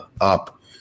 up